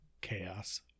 chaos